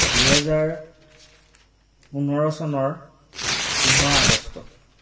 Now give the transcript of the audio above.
দুহেজাৰ পোন্ধৰ চনৰ পোন্ধৰ আগষ্ট